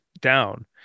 down